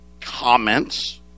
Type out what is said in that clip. comments